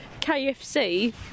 KFC